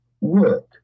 work